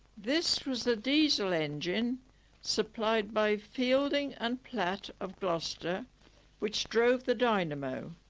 this was the diesel engine supplied by fielding and platt of gloucester which drove the dynamo.